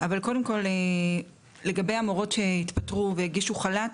אבל קודם כל לגבי המורות שהתפטרו והגישו חל"ת,